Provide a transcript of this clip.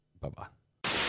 Bye-bye